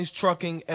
trucking